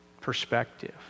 perspective